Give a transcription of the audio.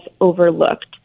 overlooked